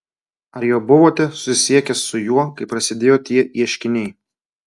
ar jau buvote susisiekęs su juo kai prasidėjo tie ieškiniai